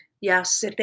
Yes